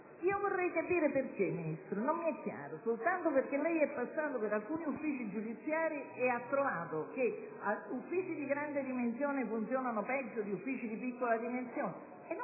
Vorrei capire perché, signor Ministro; non mi è chiaro: soltanto perché lei è passato per alcuni uffici giudiziari e ha trovato che gli uffici di grandi dimensioni funzionano peggio di uffici di piccole dimensioni?